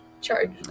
charge